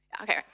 Okay